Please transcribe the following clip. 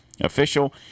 Official